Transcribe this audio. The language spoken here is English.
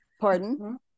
Pardon